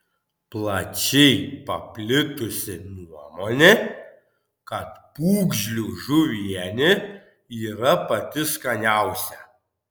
plačiai paplitusi nuomonė kad pūgžlių žuvienė yra pati skaniausia